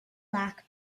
lock